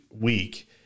week